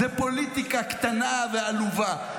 זאת פוליטיקה קטנה ועלובה.